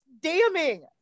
damning